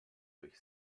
durch